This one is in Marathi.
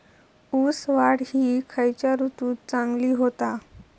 ऊस वाढ ही खयच्या ऋतूत चांगली होता?